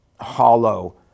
hollow